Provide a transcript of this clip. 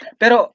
pero